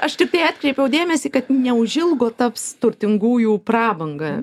aš tiktai atkreipiau dėmesį kad neužilgo taps turtingųjų prabanga